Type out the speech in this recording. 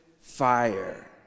fire